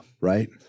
Right